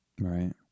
Right